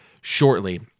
shortly